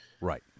Right